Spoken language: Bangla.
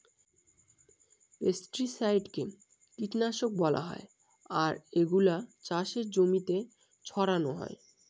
পেস্টিসাইডকে কীটনাশক বলা হয় আর এগুলা চাষের জমিতে ছড়ানো হয়